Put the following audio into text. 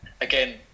Again